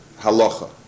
halacha